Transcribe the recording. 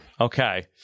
Okay